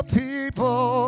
people